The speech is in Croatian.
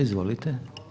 Izvolite.